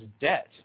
Debt